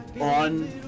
on